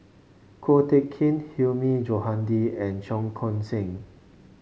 Ko Teck Kin Hilmi Johandi and Cheong Koon Seng